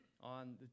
on